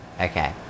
Okay